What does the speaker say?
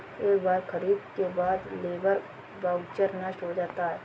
एक बार खरीद के बाद लेबर वाउचर नष्ट हो जाता है